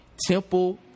Temple